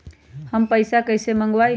हम पैसा कईसे मंगवाई?